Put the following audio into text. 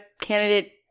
candidate